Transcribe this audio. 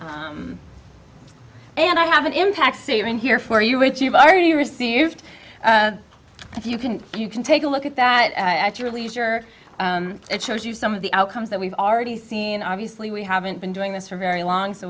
and i have an impact statement here for you which you've already received if you can you can take a look at that actually as your it shows you some of the outcomes that we've already seen obviously we haven't been doing this for very long so